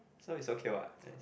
so is okay what